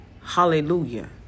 Hallelujah